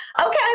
Okay